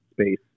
space